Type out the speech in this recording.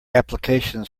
application